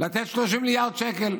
לתת 30 מיליארד שקלים.